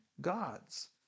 gods